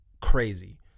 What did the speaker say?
crazy